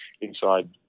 inside